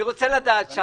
אני רוצה לדעת,